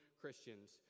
Christians